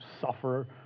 suffer